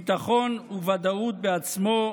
ביטחון וודאות בעצמו,